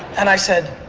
and i said,